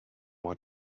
want